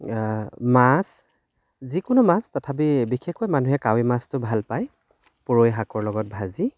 মাছ যিকোনো মাছ তথাপি বিশেষকৈ মানুহে কাৱৈ মাছটো ভাল পায় পুৰৈ শাকৰ লগত ভাজি